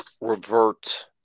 revert